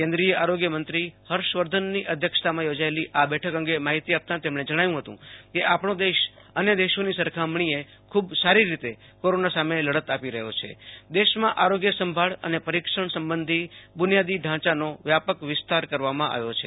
કેન્દ્રિય આરોગ્યમંત્રી હર્ષ વર્ધનની અધ્યક્ષતામાં ચોજાયેલી આ બેઠક અંગે માહિતી આપતાં તેમણે જણાવ્યું કે આપણો દેશ અન્ય દેશોની સરખામણીએ ખૂ બે સારી રીતે ક્રીરોનાં સામે લડત આપી રહ્યો છે દેશમાં આરોગ્ય સંભાળ અને પરિક્ષણ સંબંધી બુનિયાદી ઢિયાનો વ્યાપક વિસ્તાર કરાયો છે